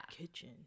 kitchen